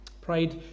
Pride